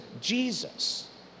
Jesus